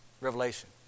revelation